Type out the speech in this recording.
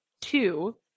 two